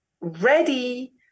ready